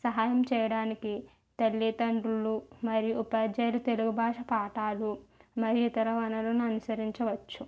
సహాయం చేయడానికి తల్లితండ్రులు మరియు ఉపాధ్యాయులు తెలుగు భాష పాఠాలు మరియు ఇతర వాళ్ళను అనుసరించవచ్చు